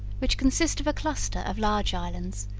which consist of a cluster of large islands,